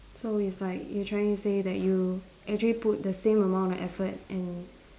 so it's like you trying to say that you actually put the same amount of effort and